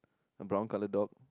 a brown colour dog